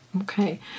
Okay